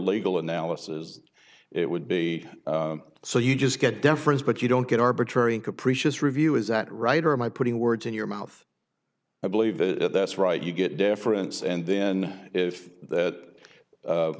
legal analysis it would be so you just get deference but you don't get arbitrary and capricious review is that right or am i putting words in your mouth i believe it that's right you get deference and then if that